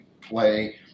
play